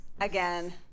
Again